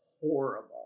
horrible